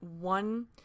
one